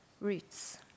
Roots